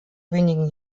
wenigen